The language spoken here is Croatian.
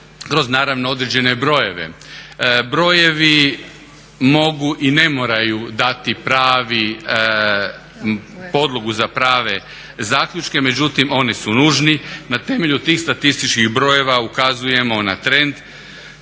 naravno određene brojeve. Brojevi mogu i ne moraju dati pravi, podlogu za prave zaključke, međutim on su nužni, na temelju tih statističkih brojeva ukazujemo na trend,